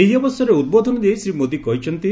ଏହି ଅବସରରେ ଉଦ୍ବୋଧନ ଦେଇ ଶ୍ରୀ ମୋଦୀ କହିଛନ୍ତି